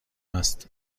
است